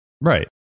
right